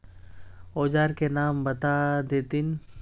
औजार के नाम बता देथिन?